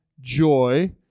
joy